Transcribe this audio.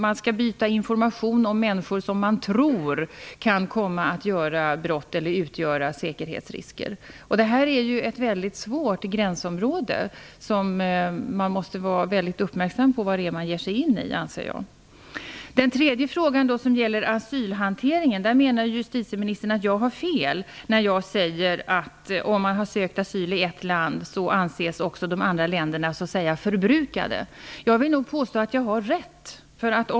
Man skall byta information om människor som man tror kan komma att begå brott eller utgöra säkerhetsrisker. Det här är ett mycket svårt gränsområde, och jag anser att man måste vara mycket uppmärksam på vad man ger sig in i. I den tredje frågan som gäller asylhanteringen menar justitieministern att jag har fel när jag säger att om man har sökt asyl i ett land så anses också de andra länderna vara "förbrukade". Jag vill nog påstå att jag har rätt.